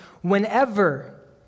whenever